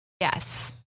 Yes